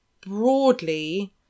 broadly